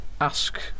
ask